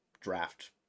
draft